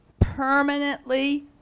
permanently